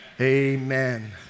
Amen